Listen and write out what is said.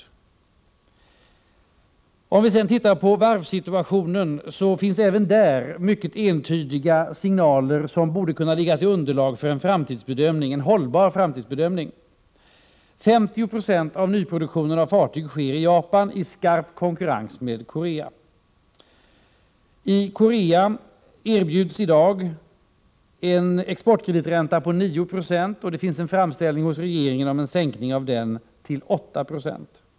Om vi sedan ser på varvssituationen finns även där mycket entydiga signaler som borde kunna ligga till grund för en hållbar framtidsbedömning. 50 96 av nyproduktionen av fartyg sker i Japan, i skarp konkurrens med Korea. I Korea erbjuds i dag en exportkreditränta på 9 20, och det finns en framställning hos regeringen om en sänkning av den till 8 70.